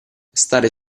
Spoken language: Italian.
stare